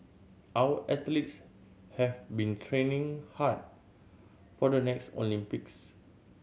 our athletes have been training hard for the next Olympics